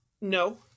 no